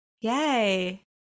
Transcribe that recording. Yay